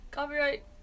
Copyright